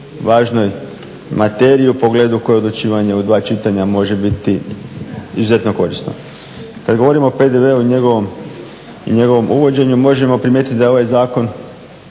važnoj materiji u pogledu u kojoj odlučivanje u dva čitanja može biti izuzetno korisno. Kad govorimo o PDV-u i njegovom uvođenju možemo primijetiti da je ovaj zakon